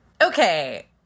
Okay